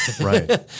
Right